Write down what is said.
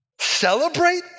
celebrate